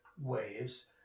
waves